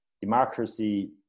democracy